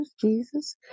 Jesus